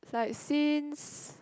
it's like since